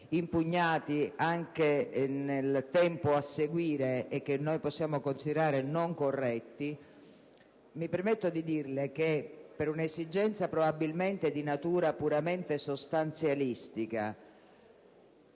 impugnati anche nel tempo a seguire e che noi possiamo considerare non corretti, mi permetto di dirle che, per un’esigenza probabilmente di natura puramente sostanzialistica,